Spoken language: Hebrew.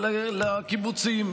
לקיבוצים,